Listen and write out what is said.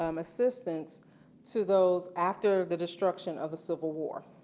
um assistance to those after the destruction of the civil war.